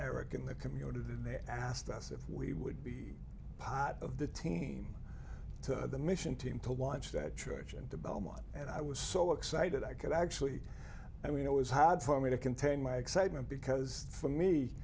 eric in the community and they asked us if we would be part of the team to the mission team to watch that church and to belmont and i was so excited i could actually i mean it was hard for me to contain my excitement because for me